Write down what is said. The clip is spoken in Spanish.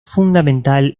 fundamental